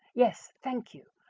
yes, thank you,